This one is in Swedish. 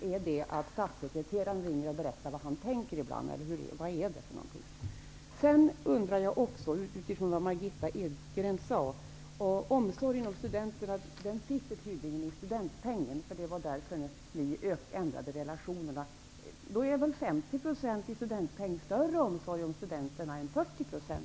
Är det att statssekreteraren ringer och berättar vad han tänker göra, eller vad är det? Av det Margitta Edgren sade drar jag slutsatsen att omsorgen om studenten sitter i studentpengen. Det var därför ni ändrade relationerna. Då är väl 50 %